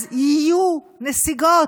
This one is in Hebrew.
אז יהיו נסיגות,